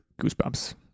Goosebumps